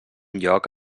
lloc